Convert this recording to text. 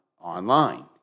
online